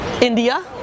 India